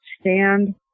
stand